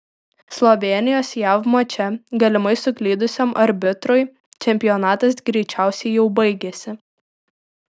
slovėnijos jav mače galimai suklydusiam arbitrui čempionatas greičiausiai jau baigėsi